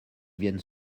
viennent